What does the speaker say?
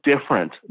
different